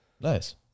Nice